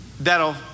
that'll